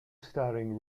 starring